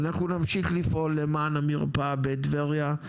אנחנו נמשיך לפעול למען המרפאה בטבריה.